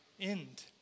end